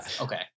Okay